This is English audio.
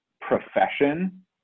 profession